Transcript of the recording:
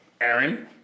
Aaron